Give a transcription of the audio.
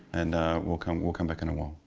and we'll come we'll come back in a while.